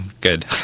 good